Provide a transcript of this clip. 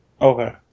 okay